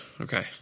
okay